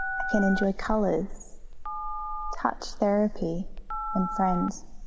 i can enjoy colors touch therapy and friends.